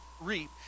reap